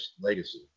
Legacy